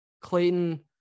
Clayton